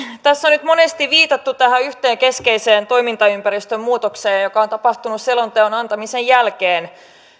tässä on nyt monesti viitattu tähän yhteen keskeiseen toimintaympäristön muutokseen joka on tapahtunut selonteon antamisen jälkeen